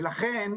לכן,